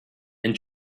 and